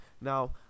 now